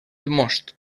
most